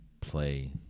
play